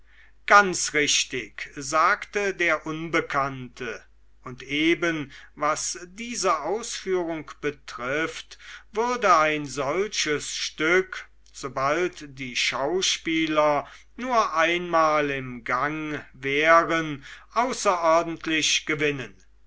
ganz richtig sagte der unbekannte und eben was diese ausführung betrifft würde ein solches stück sobald die schauspieler nur einmal im gang wären außerordentlich gewinnen